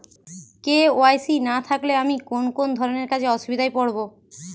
KYC না থাকলে আমি কোন কোন ধরনের কাজে অসুবিধায় পড়ব?